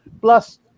Plus